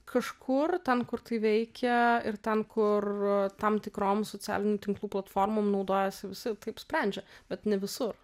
kažkur ten kur tai veikia ir ten kur tam tikrom socialinių tinklų platformom naudojasi visi taip sprendžia bet ne visur